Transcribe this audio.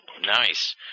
Nice